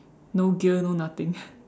no gear no nothing